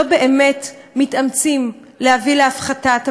לא באמת מתאמצים להביא להפחתת הבעיה.